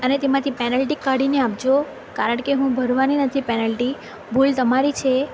અને તેમાંથી પેનલ્ટી કાઢીને આપજો કારણ કે હું ભરવાની નથી પેનલ્ટી ભૂલ તમારી છે